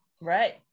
right